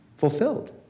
Fulfilled